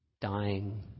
Dying